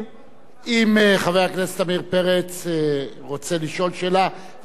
אם חבר הכנסת עמיר פרץ רוצה לשאול שאלה ואתה מוכן לענות,